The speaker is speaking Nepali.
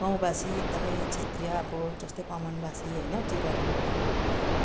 गाउँवासी एकदमै क्षेत्रीय अब जस्तै कमानवासी होइन टी गार्डनकोहरू